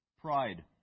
pride